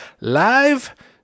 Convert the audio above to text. live